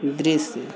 दृश्य